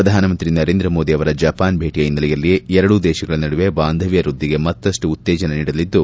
ಪ್ರಧಾನಮಂತ್ರಿ ನರೇಂದ್ರ ಮೋದಿ ಅವರ ಜಪಾನ್ ಭೇಟಿಯ ಹಿನ್ನೆಲೆಯಲ್ಲಿ ಎರಡೂ ದೇಶಗಳ ನಡುವೆ ಬಾಂಧವ್ಯ ವೃದ್ಧಿಗೆ ಮತ್ತಪ್ಪು ಉತ್ತೇಜನ ನೀಡಲಿದ್ದು